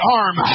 arm